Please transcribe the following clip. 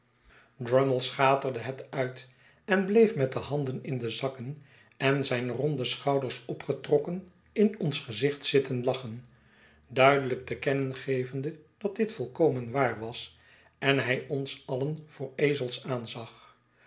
drummle schaterde het uit en bleef met de handen in de zakken en zijne ronde schouders opgetrokken in ons gezicht zitten lachen duidelijk te kennen gevende dat dit volkomen waar was en hij ons alien voor ezels aanzag